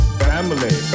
family